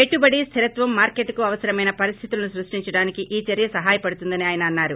పెట్టుబడి స్లిరత్వం మార్కెట్ కు అవసరమైన పరిస్థితులను సృష్షించడానికి ఈ చర్య సహాయపడుతుందని ఆయన అన్నారు